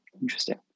Interesting